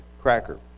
cracker